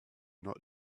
not